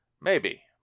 Maybe